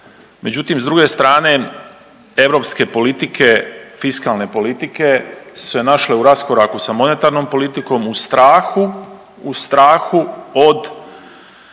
međutim s druge strane europske politike, fiskalne politike su se našle u raskoraku sa monetarnom politikom u strahu,